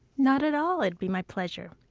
not at all. it'd be my pleasure.